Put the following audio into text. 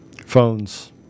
Phones